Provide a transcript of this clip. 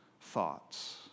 thoughts